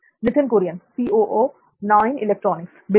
नित्थिन कुरियन बिल्कुल